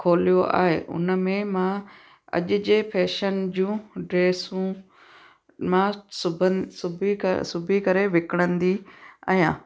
खोलियो आहे हुन में मां अॼु जे फ़ैशन जूं ड्रेसूं मां सुबंद सिबी सिबी करे विकिणंदी आहियां